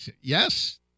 yes